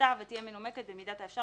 בכתב ותהיה מנומקת במידת האפשר